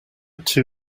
two